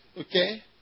Okay